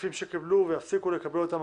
הכספים שקיבלו ויפסיקו לקבל אותם,